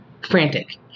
frantic